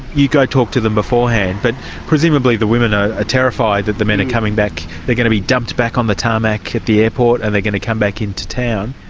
you go talk to them beforehand, but presumably the women are ah terrified that the men are coming back, they're going to be dumped back on the tarmac at the airport and they're going to come back into town.